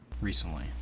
recently